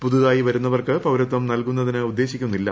പുതുതായി വരുന്നവർക്ക് പൌരത്വം നൽകുന്നതിന് ഉദ്ദേശിക്കുന്നില്ല